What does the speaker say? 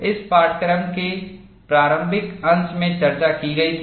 इस पाठ्यक्रम के प्रारंभिक अंश में चर्चा की गई थी